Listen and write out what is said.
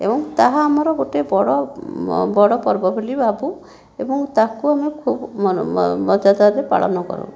ଏବଂ ତାହା ଆମର ଗୋଟିଏ ବଡ଼ ବଡ଼ ପର୍ବ ବୋଲି ଭାବୁ ଏବଂ ତାକୁ ଆମେ ଖୁବ୍ ମଜାଦାରରେ ପାଳନ କରୁ